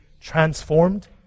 transformed